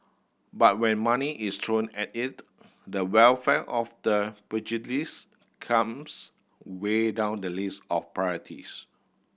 but when money is thrown at it the welfare of the pugilist comes way down the list of priorities